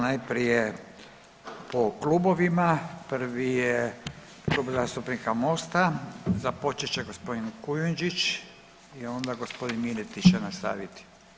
Najprije po klubovima, prvi je Klub zastupnika Mosta, započet će g. Kujundžić i onda g. Miletić će nastaviti.